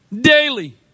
Daily